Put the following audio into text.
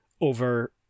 over